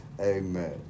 Amen